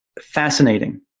fascinating